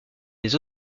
des